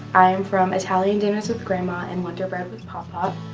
i am from italian dinners with grandma and wonder bread with pop-pop.